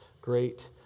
great